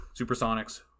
Supersonics